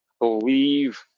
Believe